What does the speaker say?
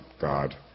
God